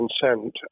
consent